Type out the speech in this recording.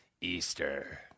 Easter